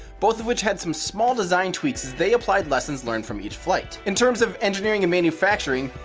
both of which had some small design tweaks as they applied lessons learned from each flight. in terms of engineering and manufacturing,